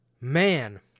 man